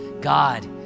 God